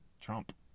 Trump